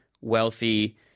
wealthy